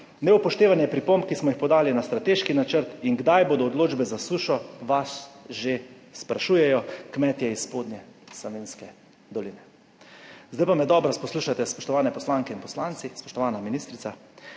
»Neupoštevanje pripomb, ki smo jih podali na strateški načrt.« In kdaj bodo odločbe za sušo, vas že sprašujejo kmetje iz Spodnje Savinjske doline. Zdaj pa me dobro poslušajte, spoštovane poslanke in poslanci, spoštovana ministrica.